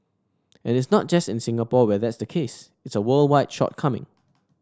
and it's not just in Singapore where that's the case it's a worldwide shortcoming